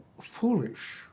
foolish